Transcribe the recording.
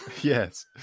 Yes